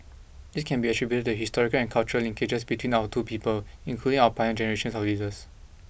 this can be attributed to the historical and cultural linkages between our two peoples including our pioneer generation of leaders